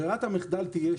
המחדל תהיה,